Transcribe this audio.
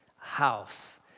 House